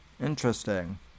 Interesting